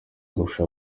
kurusha